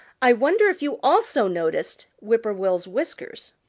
i wonder if you also noticed whip-poor-will's whiskers.